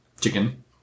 chicken